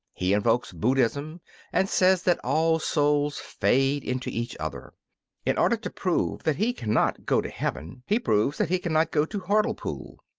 he invokes buddhism and says that all souls fade into each other in order to prove that he cannot go to heaven he proves that he cannot go to hartlepool.